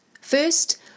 First